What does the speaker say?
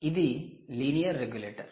ఇది linear regulator